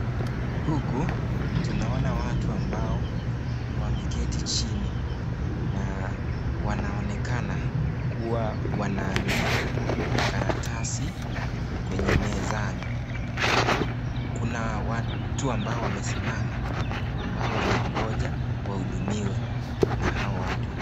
Huku tunaona watu ambao waketi chini na wanaonekana kuwa wanaandika karatasi kwenye mezani .Kuna watu ambao wamesimama ambao wanaongoja wahudumiwe na hao watu.